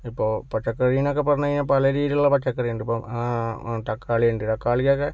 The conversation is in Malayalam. ഇപ്പോൾ പച്ചക്കറീന്നൊക്കെ പറഞ്ഞ്കഴിഞ്ഞാൽ പലരീതിയിലുള്ള പച്ചക്കറിയുണ്ട് ഇപ്പോൾ തക്കാളിണ്ട് തക്കാളിക്കൊക്കെ